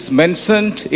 mentioned